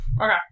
Okay